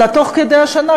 אלא תוך כדי השנה,